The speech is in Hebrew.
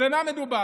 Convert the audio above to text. במה מדובר?